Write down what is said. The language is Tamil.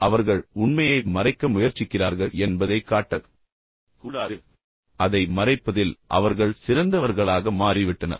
எனவே அவர்கள் உண்மையில் உண்மையை மறைக்க முயற்சிக்கிறார்கள் என்பதைக் காட்டாமல் அவர்கள் சொல்ல வேண்டும் எனவே அதை மறைப்பதில் அவர்கள் சிறந்தவர்களாக மாறிவிட்டனர்